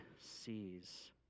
sees